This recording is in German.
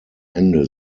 ende